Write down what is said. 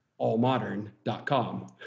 AllModern.com